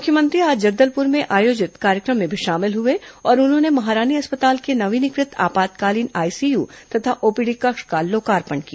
मुख्यमंत्री आज जगदलपुर में आयोजित कार्यक्रम में भी शामिल हुए और उन्होंने महारानी अस्पताल के नवीनीकृत आपातकालीन आईसीयू तथा ओपीडी कक्ष का लोकार्पण किया